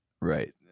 Right